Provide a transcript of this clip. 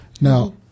Now